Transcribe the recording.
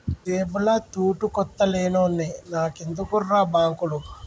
జేబుల తూటుకొత్త లేనోన్ని నాకెందుకుర్రా బాంకులు